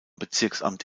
bezirksamt